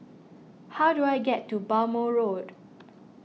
how do I get to Bhamo Road